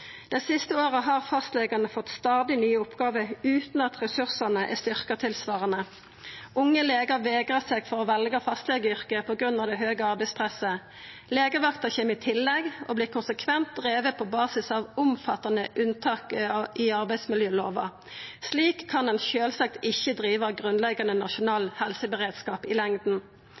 Dei siste åra har fastlegane fått stadig nye oppgåver utan at ressursane er styrkte tilsvarande. Unge legar vegrar seg for å velja fastlegeyrket på grunn av det høge arbeidspresset. Legevakta kjem i tillegg og vert konsekvent driven på basis av omfattande unntak i arbeidsmiljølova. Slik kan ein sjølvsagt ikkje driva grunnleggjande nasjonal helseberedskap i